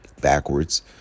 Backwards